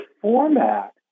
format